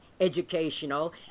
educational